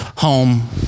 Home